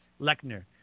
Lechner